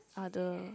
other